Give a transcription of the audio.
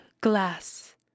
Glass